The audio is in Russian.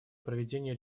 проведение